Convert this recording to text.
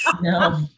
no